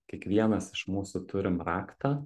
kiekvienas iš mūsų turim raktą